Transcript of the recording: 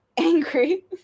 angry